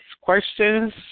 questions